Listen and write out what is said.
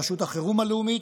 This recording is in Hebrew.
רשות החירום הלאומית,